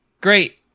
Great